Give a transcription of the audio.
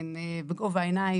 הן בגובה העיניים,